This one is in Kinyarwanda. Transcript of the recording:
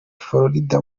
florida